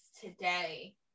today